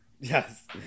Yes